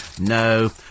No